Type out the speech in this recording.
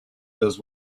does